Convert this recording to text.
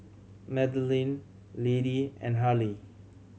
Madeleine Lady and Harley